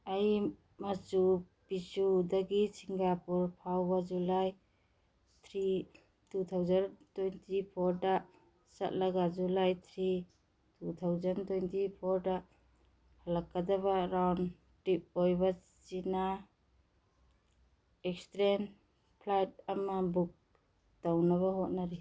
ꯑꯩ ꯃꯥꯆꯨ ꯄꯤꯆꯨꯗꯒꯤ ꯁꯤꯡꯒꯥꯄꯨꯔ ꯐꯥꯎꯕ July three two thousand twenty ꯐꯣꯔꯗ ꯆꯠꯂꯒ July three two thousand twenty ꯐꯣꯔꯗ ꯍꯜꯂꯛꯀꯗꯕ ꯔꯥꯎꯟ ꯇꯤꯞ ꯑꯣꯏꯕ ꯆꯤꯅꯥ ꯏꯁꯇ꯭ꯔꯦꯟ ꯐ꯭ꯂꯥꯏꯠ ꯑꯃ ꯕꯨꯛ ꯇꯧꯅꯕ ꯍꯣꯠꯅꯔꯤ